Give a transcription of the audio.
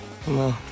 Hello